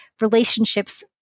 Relationships